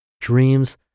dreams